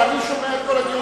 אבל אני שומע את כל הדיונים.